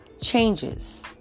changes